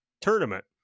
tournament